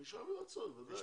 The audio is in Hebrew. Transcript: פרישה מרצון, ודאי.